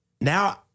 now